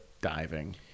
diving